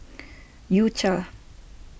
U Cha